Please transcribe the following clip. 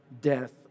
death